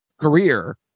career